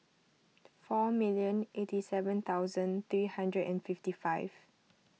four million eighty seven thousand three hundred and fifty five